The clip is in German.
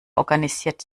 organisiert